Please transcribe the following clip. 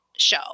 Show